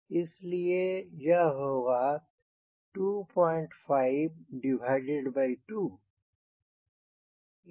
इस लिए यह होगा 252